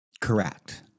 correct